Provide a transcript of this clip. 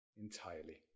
entirely